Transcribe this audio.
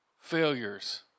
failures